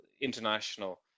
International